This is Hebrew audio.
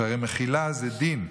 שהרי מחילה זה דין,